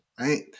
right